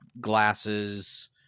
glasses